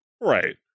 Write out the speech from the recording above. right